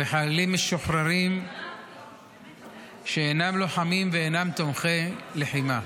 וחיילים משוחררים שאינם לוחמים ואינם תומכי לחימה,